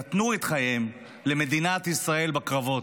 נתנו את חייהם למדינת ישראל בקרבות.